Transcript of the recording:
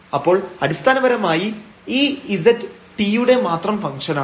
അപ്പോൾ അടിസ്ഥാനപരമായി ഈ z t യുടെ മാത്രം ഫംഗ്ഷനാണ്